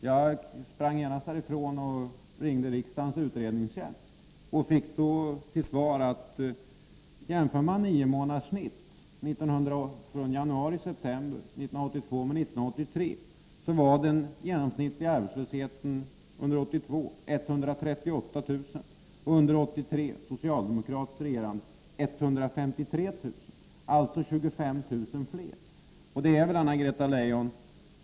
Jag gick genast och ringde riksdagens utredningstjänst och fick då till svar, att om man jämför genomsnittet under nio månader januari-september 1982 med samma period 1983, finner man att antalet arbetslösa under 1982 uppgick till i genomsnitt 138 000, medan siffran för 1983 — under den socialdemokratiska regeringstiden — var 153 000, dvs. 25 000 högre.